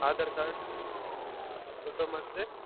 Aadhaar card photo ಮತ್ತು